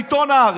עיתון הארץ,